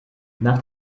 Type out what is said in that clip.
nach